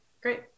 Great